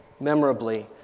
memorably